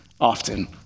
often